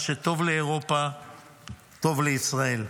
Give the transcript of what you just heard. מה שטוב לאירופה טוב לישראל.